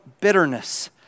bitterness